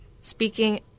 speaking